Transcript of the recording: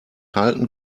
halten